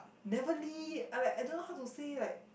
never le~ I'm like I don't know how to say like